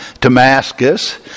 Damascus